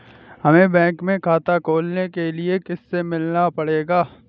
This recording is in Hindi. हमे बैंक में खाता खोलने के लिए किससे मिलना पड़ेगा?